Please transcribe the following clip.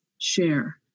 share